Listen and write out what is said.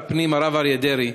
שר הפנים הרב אריה דרעי,